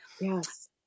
Yes